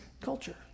culture